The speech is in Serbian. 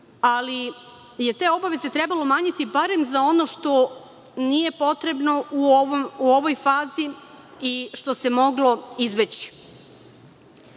ali je te obaveze trebalo umanjiti barem za ono što nije potrebno u ovoj fazi i što se moglo izbeći. Članom